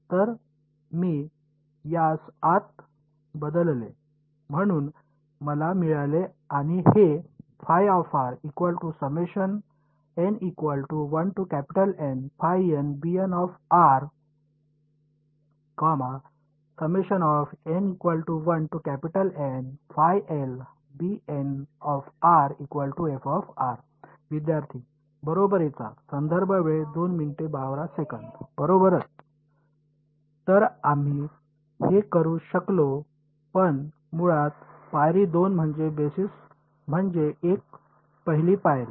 तर मी यास आत बदलले म्हणून मला मिळाले आणि हे विद्यार्थीः बरोबरीचा बरोबर तर आम्ही ते करू शकलो पण मुळात पायरी 2 म्हणजे बेसिस म्हणजे एक पहिली पायरी